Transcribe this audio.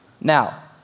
Now